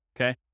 Okay